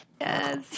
Yes